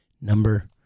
number